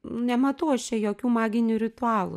nematau čia jokių maginių ritualų